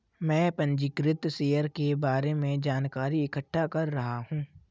मैं पंजीकृत शेयर के बारे में जानकारी इकट्ठा कर रहा हूँ